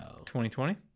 2020